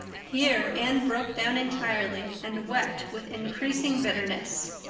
here anne broke down entirely and wept with increasing bitterness.